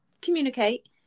communicate